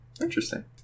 Interesting